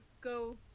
go